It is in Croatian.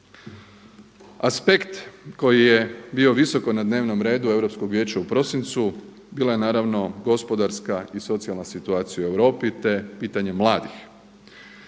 Aspekt koji je bio visoko na dnevnom redu Europskog vijeća u prosincu bila je naravno gospodarska i socijalna situacija u Europi, te pitanje mladih.